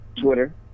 Twitter